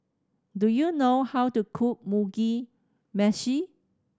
do you know how to cook Mugi Meshi